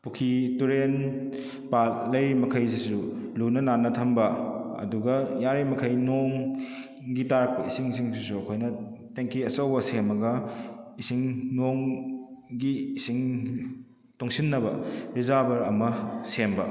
ꯄꯨꯈ꯭ꯔꯤ ꯇꯨꯔꯦꯜ ꯄꯥꯠ ꯂꯩꯔꯤ ꯃꯈꯩꯁꯤꯁꯨ ꯂꯨꯅ ꯅꯥꯟꯅ ꯊꯝꯕ ꯑꯗꯨꯒ ꯌꯥꯔꯤ ꯃꯈꯩ ꯅꯣꯡꯒꯤ ꯇꯥꯔꯛꯄ ꯏꯁꯤꯡ ꯁꯤꯡꯁꯤꯁꯨ ꯑꯩꯈꯣꯏꯅ ꯇꯦꯡꯀꯤ ꯑꯆꯧꯕ ꯁꯦꯝꯂꯒ ꯏꯁꯤꯡ ꯅꯣꯡꯒꯤ ꯏꯁꯤꯡ ꯇꯨꯡꯁꯤꯟꯅꯕ ꯔꯤꯖꯥꯔꯕꯔ ꯑꯃ ꯁꯦꯝꯕ